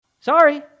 Sorry